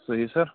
صحیح سَر